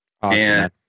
Awesome